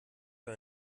für